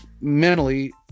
mentally